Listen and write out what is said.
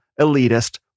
elitist